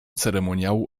ceremoniału